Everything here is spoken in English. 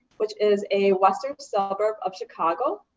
which is a western suburb of chicago.